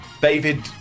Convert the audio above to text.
David